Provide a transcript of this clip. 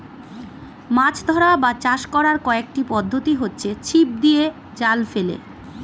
মাছ ধরা বা চাষ করার কয়েকটি পদ্ধতি হচ্ছে ছিপ দিয়ে, জাল ফেলে